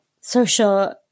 social